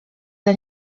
dla